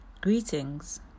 Greetings